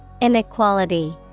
Inequality